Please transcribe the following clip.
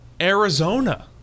Arizona